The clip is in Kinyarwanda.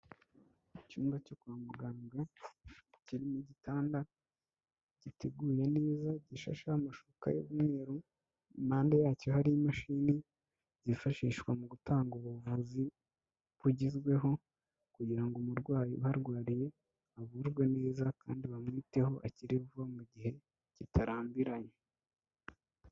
Icyumba cyo kwa muganga kirimo igitanda giteguye neza gishasheho amashuka y'umweru, impande yacyo hari imashini zifashishwa mu gutanga ubuvuzi bugezweho, kugira ngo umurwayi uharwariye avurwe neza kandi bamwiteho akire vuba mu gihe kitarambiranye.